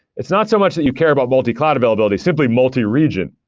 it's not so much that you care about multi-cloud availability, simply multi-region.